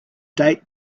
date